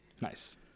Nice